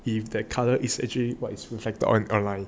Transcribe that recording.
and if that colour is actually what is reflected on~ online